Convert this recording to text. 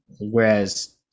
whereas